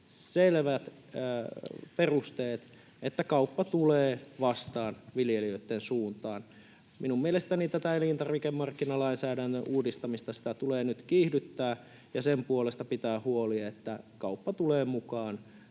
selvät perusteet, että kauppa tulee vastaan viljelijöitten suuntaan. Minun mielestäni tätä elintarvikemarkkinalainsäädännön uudistamista tulee nyt kiihdyttää ja pitää huoli, että kauppa tulee mukaan